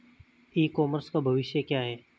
ई commerce का भविष्य क्या है?